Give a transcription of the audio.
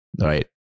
right